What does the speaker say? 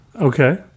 okay